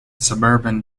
suburban